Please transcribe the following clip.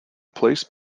place